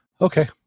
okay